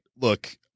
look